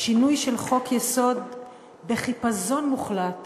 שינוי של חוק-יסוד בחיפזון מוחלט,